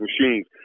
machines